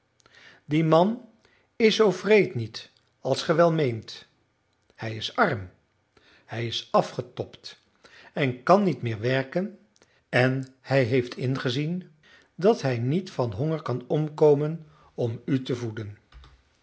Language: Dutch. die man is zoo wreed niet als ge wel meent hij is arm hij is afgetobt en kan niet meer werken en hij heeft ingezien dat hij niet van honger kan omkomen om u te voeden